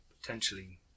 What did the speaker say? potentially